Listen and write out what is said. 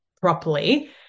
properly